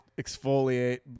exfoliate